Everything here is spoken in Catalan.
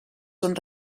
són